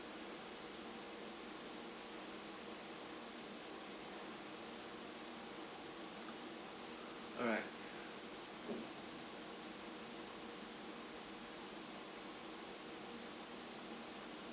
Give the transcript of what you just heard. alright